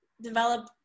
develop